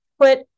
Put